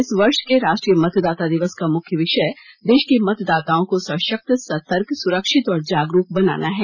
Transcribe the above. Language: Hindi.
इस वर्ष के राष्ट्रीय मतदाता दिवस का मुख्य विषय देश के मतदाताओं को सशक्त सतर्क सुरक्षित और जागरूक बनाना है